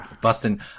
busting